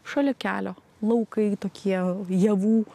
šalia kelio laukai tokie javų